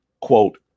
Quote